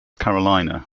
carolina